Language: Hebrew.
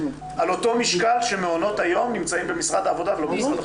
על אותו משקל שמעונות היום נמצאים במשרד העבודה ולא במשרד החינוך.